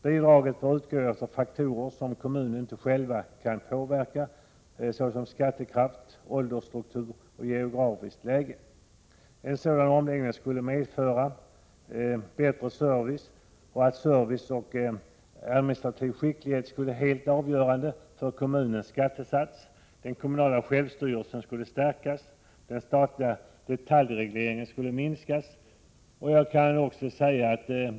Bidrag bör utgå efter faktorer som kommunerna inte själva kan påverka, såsom skattekraft, åldersstruktur och geografiskt läge. En sådan omläggning skulle medföra — att service och administrativ skicklighet skulle bli helt avgörande för kommunens skattesats - att den statliga detaljregleringen skulle minskas.